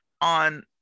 on